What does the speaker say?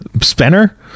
Spinner